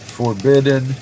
forbidden